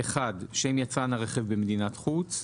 שם יצרן הרכב במדינת חוץ.